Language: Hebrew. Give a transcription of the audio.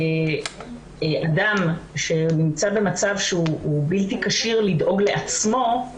אדם שנמצא במצב שהוא בלתי כשיר לדאוג לעצמו,